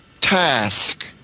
task